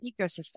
ecosystem